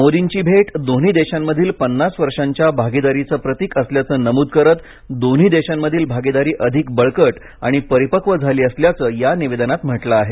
मोदींची भेट दोन्ही देशांमधील पन्नास वर्षांच्या भागीदारीचं प्रतीक असल्याचं नमूद करत दोन्ही देशांमधील भागीदारी अधिक बळकट आणि परिपक्व झाली असल्याचं या निवेदनात म्हटलं आहे